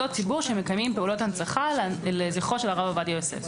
שמקיימים פעולות הנצחה לזכרו של הרב עובדיה יוסף.